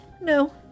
No